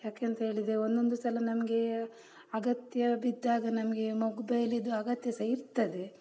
ಯಾಕೆ ಅಂಥೇಳಿದ್ರೆ ಒಂದೊಂದು ಸಲ ನಮಗೆ ಅಗತ್ಯ ಬಿದ್ದಾಗ ನಮಗೆ ಮೊಬೈಲಿದು ಅಗತ್ಯ ಸಹ ಇರ್ತದೆ